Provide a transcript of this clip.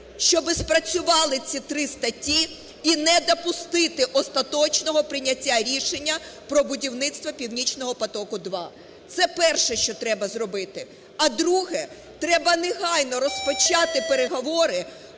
щоб спрацювали ці три статті, і не допустити остаточного прийняття рішення про будівництво "Північного потоку 2". Це перше, що треба зробити. А друге – треба негайно розпочати переговори